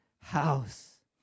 house